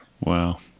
Wow